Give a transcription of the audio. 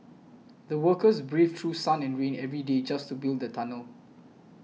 the workers braved through sun and rain every day just to build the tunnel